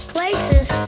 Places